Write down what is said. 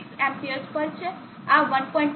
6 Amps પર છે આ 1